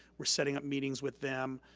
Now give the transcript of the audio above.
we're setting up meetings with them.